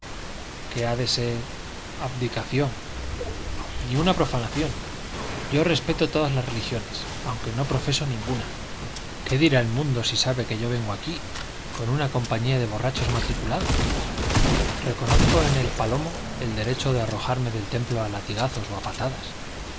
qué ha de ser abdicación ni una profanación yo respeto todas las religiones aunque no profeso ninguna qué dirá el mundo si sabe que yo vengo aquí con una compañía de borrachos matriculados reconozco en el palomo el derecho de arrojarme del templo a latigazos o a patadas